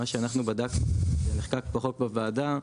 מה שאנחנו בדקנו שנחקק בחוק בוועדה,